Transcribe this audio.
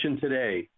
today